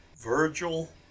Virgil